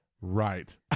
Right